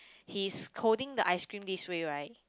he is holding the ice cream this way right